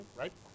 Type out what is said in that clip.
right